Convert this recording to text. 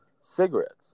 cigarettes